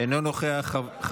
אינו נוכח.